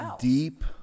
deep